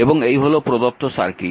এবং এই হল প্রদত্ত সার্কিট